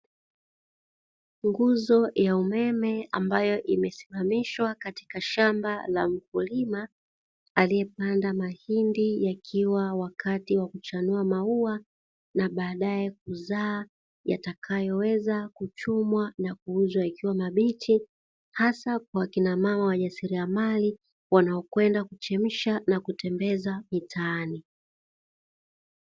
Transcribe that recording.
Nguzo ya umeme ambayo imesimamishwa katika shamba la mkulima aliyepanda mahindi, yakiwa wakati wa kuchanua maua na baadae kuzaa yatakayoweza kuchumwa na kuuzwa yakiwa mabichi hasa kwa akina mama wajasiriamali wanaoenda kuchemsha na kutembeza mitaani.